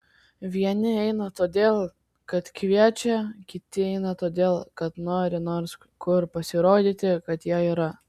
vieni eina todėl kad kviečia kiti eina todėl kad nori nors kur pasirodyti kad jie yra